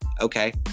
okay